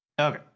Okay